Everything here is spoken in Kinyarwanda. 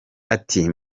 ati